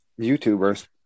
youtubers